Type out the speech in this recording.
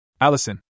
Allison